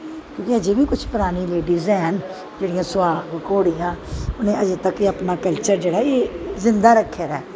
अज्जें बी किश परानी लेडिस हैन जेह्ड़ियां सोहाग घोड़ियां उ'नें अज्जें तक्कर एह् कल्चर अपना जींदा रक्खे दा ऐ